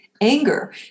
anger